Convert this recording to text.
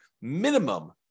minimum